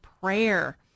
prayer